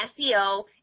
SEO